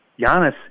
Giannis